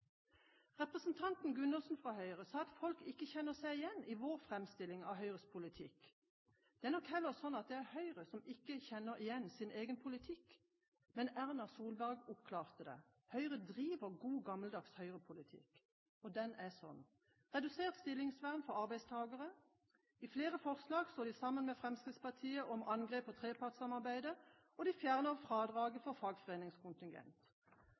Representanten Gundersen fra Høyre sa at folk «ikke kjenner seg igjen» i vår framstilling av Høyres politikk. Det er nok heller sånn at det er Høyre som ikke kjenner igjen sin egen politikk. Men Erna Solberg oppklarte det: Høyre driver god, gammeldags høyrepolitikk. Den er sånn: redusert stillingsvern for arbeidstakere. I flere forslag står de sammen med Fremskrittspartiet om angrep på trepartssamarbeidet, og de fjerner fradraget for fagforeningskontingent.